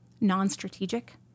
non-strategic